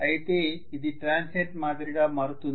అయితే ఇది ట్రాన్సియెంట్ మాదిరిగా మారుతుంది